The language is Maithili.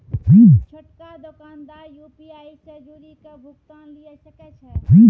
छोटका दोकानदार यू.पी.आई से जुड़ि के भुगतान लिये सकै छै